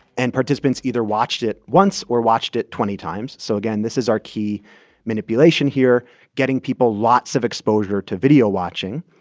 and participants either watched it once or watched it twenty times. so again, this is our key manipulation here getting people lots of exposure to video watching.